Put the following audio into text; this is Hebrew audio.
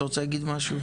אתה רוצה להגיד משהו,